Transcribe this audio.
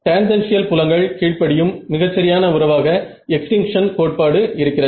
tangential புலங்கள் கீழ்படியும் மிகச் சரியான உறவாக எக்ஸ்டிங்ஷன் கோட்பாடு இருக்கிறது